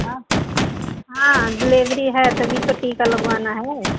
हाँ हाँ डिलेवरी है तभी तो टीका लगवाना है